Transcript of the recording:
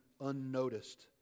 unnoticed